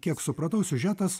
kiek supratau siužetas